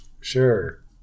Sure